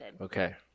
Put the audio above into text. Okay